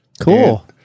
cool